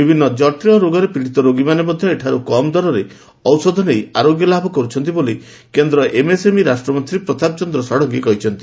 ବିଭିନ୍ତ ଜଟିଳ ରୋଗରେ ପୀଡ଼ିତ ରୋଗୀମାନେ ମଧ୍ଧ ଏଠାରୁ କମ୍ ଦରରେ ଔଷଧ ନେଇ ଆରୋଗ୍ୟ ଲାଭ କର୍ ଏମ୍ଏସ୍ଏମ୍ଇ ରାଷ୍ଟ୍ରମନ୍ତା ପ୍ରତାପ ଚନ୍ଦ୍ର ଷଡ଼ଙଗୀ କହିଛନ୍ତି